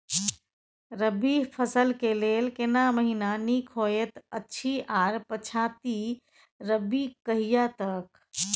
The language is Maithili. रबी फसल के लेल केना महीना नीक होयत अछि आर पछाति रबी कहिया तक?